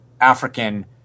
African